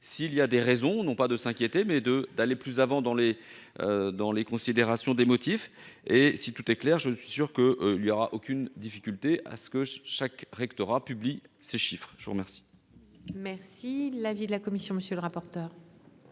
s'il y a des raisons non pas de s'inquiéter, mais d'aller plus avant dans la considération des motifs. Si tout est clair, je suis sûr qu'il n'y aura aucune difficulté pour que chaque rectorat publie ses chiffres. Quel est l'avis de la commission ? Cet